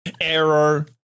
Error